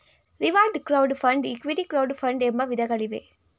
reward crowd fund, equity crowd fund ಎಂಬ ವಿಧಗಳಿವೆ